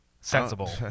sensible